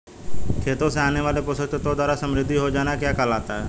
खेतों से आने वाले पोषक तत्वों द्वारा समृद्धि हो जाना क्या कहलाता है?